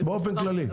באופן כללי.